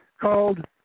called